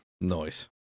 Nice